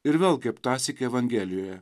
ir vėl kaip tąsyk evangelijoje